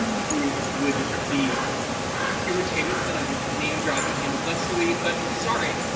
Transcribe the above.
who would be irritated that i'm name dropping him thusly. but, sorry.